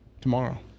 Tomorrow